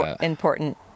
important